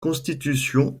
constitution